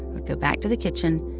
i'd go back to the kitchen.